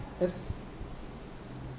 test